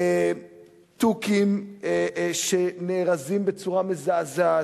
תוכים שנארזים בצורה מזעזעת.